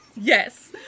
yes